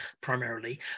primarily